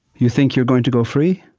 you think you're going to go free?